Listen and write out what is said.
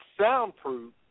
soundproof